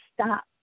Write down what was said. stop